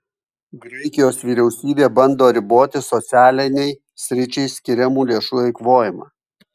graikijos vyriausybė bando riboti socialiniai sričiai skiriamų lėšų eikvojimą